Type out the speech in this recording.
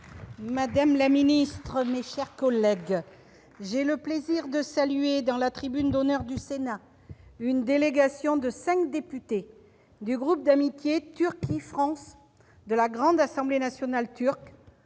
texte en l'état. Mes chers collègues, j'ai le plaisir de saluer, dans la tribune d'honneur du Sénat, une délégation de cinq députés du groupe d'amitié Turquie-France de la Grande Assemblée nationale turque,